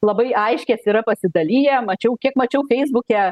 labai aiškiai yra pasidaliję mačiau kiek mačiau feisbuke